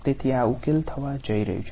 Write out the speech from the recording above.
તેથી આ ઉકેલ થવા જઈ રહ્યું છે